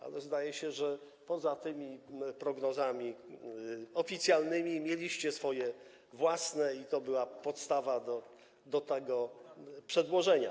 Ale, zdaje się, poza tymi prognozami oficjalnymi mieliście swoje własne i to była podstawa do tego przedłożenia.